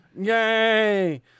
Yay